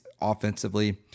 offensively